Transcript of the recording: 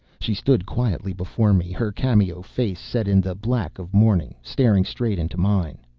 she stood quietly before me, her cameo face, set in the black of mourning, staring straight into mine.